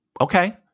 okay